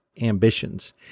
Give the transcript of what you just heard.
ambitions